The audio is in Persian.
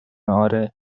آره